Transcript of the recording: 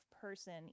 person